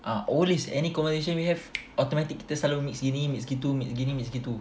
ah always any conversation we have automatic kita selalu mix gini mix gitu mix gini mix gitu